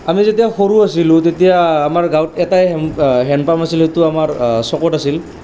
আমি যেতিয়া সৰু আছিলোঁ তেতিয়া আমাৰ গাঁৱত এটাই হেণ্ডপাম্প আছিলে সেইটো আমাৰ চ'কত আছিল